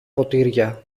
ποτήρια